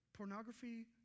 Pornography